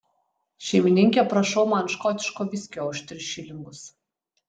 šeimininke prašau man škotiško viskio už tris šilingus